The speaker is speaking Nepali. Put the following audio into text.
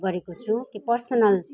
गरेको छु कि पर्सनल